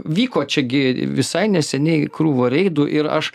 vyko čiagi visai neseniai krūva reidų ir aš